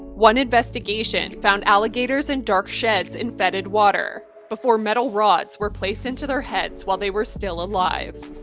one investigation found alligators in dark sheds and fetid water before metal rods were placed into their heads while they were still alive.